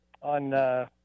on –